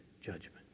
judgment